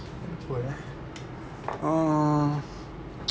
apa eh uh